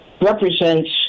represents